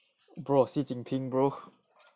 bro xi jin ping bro